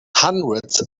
hundreds